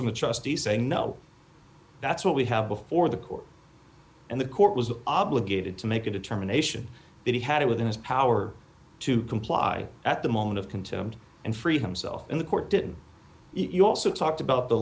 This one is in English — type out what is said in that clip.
from the trustees saying no that's what we have before the court and the court was obligated to make a determination that he had it within his power to comply at the moment of contempt and free himself and the court did you also talked about the